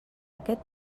aquest